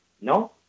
No